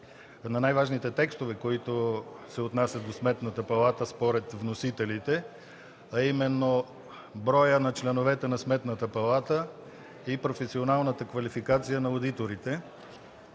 на най-важните текстове, които се отнасят до Сметната палата, според вносителите, а именно броят на членовете на Сметната палата и професионалната квалификация на одиторите.